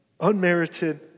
unmerited